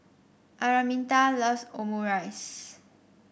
Araminta loves Omurice